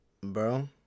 Bro